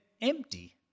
empty